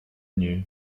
inniu